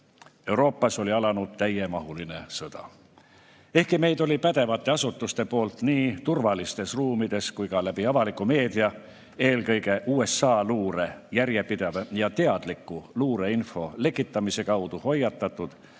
Euroopas oli alanud täiemahuline sõda. Ehkki meid oli pädevate asutuste poolt nii turvalistes ruumides kui ka läbi avaliku meedia, eelkõige USA luure järjepideva ja teadliku luureinfo lekitamise kaudu hoiatatud,